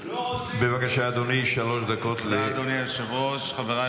אני מדבר איתך על יום שהותר לפרסום על שבעה לוחמים,